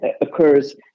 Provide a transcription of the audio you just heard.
occurs